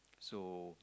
so